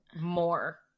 more